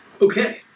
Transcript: Okay